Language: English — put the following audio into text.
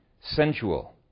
sensual